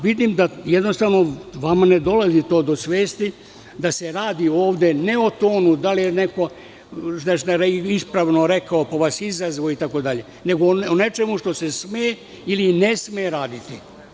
Vidim da jednostavno vama to ne dolazi do svesti da se radi ovde ne o tome da li je neko ispravno rekao pa vas izazvao, nego o nečemu što se sme ili ne sme raditi.